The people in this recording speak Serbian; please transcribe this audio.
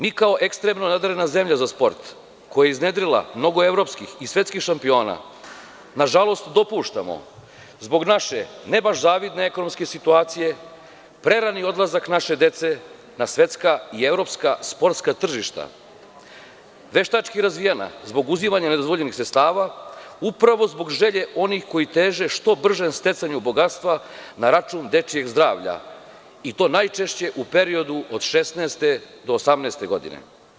Mi kao ekstremno nadarena zemlja za sport koja je iznedrila mnogo evropskih i svetskih šampiona, nažalost dopuštamo zbog naše, ne baš zavidne ekonomske situacije, prerani odlazak naše dece na svetska i evropska sportska tržišta, veštački razvijena zbog uzimanja nedozvoljenih sredstava, upravo zbog želje onih koji teže što bržem sticanju bogatstva na račun dečijeg zdravlja i to najčešće u periodu od 16 do 18 godine.